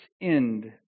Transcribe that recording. end